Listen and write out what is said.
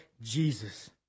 Jesus